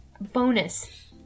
Bonus